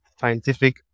scientific